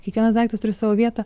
kiekvienas daiktas turi savo vietą